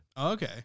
Okay